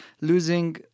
losing